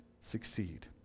succeed